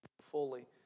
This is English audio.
fully